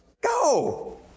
Go